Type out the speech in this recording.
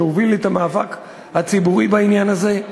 שהוביל את המאבק הציבורי בעניין הזה.